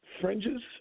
fringes